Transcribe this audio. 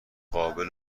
قابل